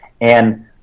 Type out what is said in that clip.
And-